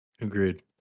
Agreed